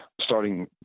starting